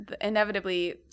inevitably